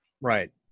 right